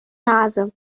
nase